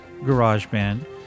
GarageBand